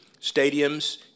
stadiums